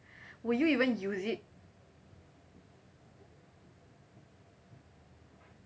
would you even use it